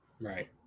right